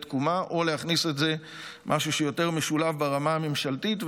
תקומה או להכניס את זה כמשהו שיותר משולב ברמה הממשלתית.